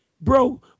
bro